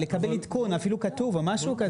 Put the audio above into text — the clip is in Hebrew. לקבל עדכון אפילו כתוב או משהו כזה.